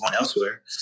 elsewhere